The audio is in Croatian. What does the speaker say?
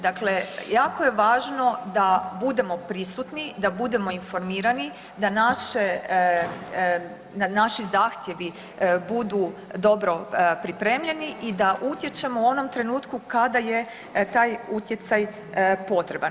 Dakle, jako je važno da budemo prisutni, da budemo informirani da naši zahtjevi budu dobro pripremljeni i da utječemo u onom trenutku kada je taj utjecaj potreban.